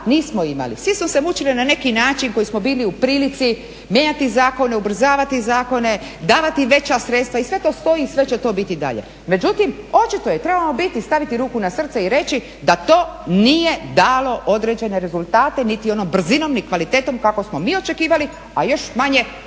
nismo imali. Svi smo se mučili na neki način koji smo bili u prilici mijenjati zakone, ubrzavati zakone, davati im veća sredstva i sve to stoji i sve će to biti i dalje. Međutim, očito je trebamo biti, staviti ruku na srce i reći da to nije dalo određene rezultate niti onom brzinom ni kvalitetom kako smo mi očekivali, a još u manjoj